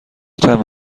چند